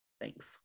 thanks